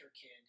kid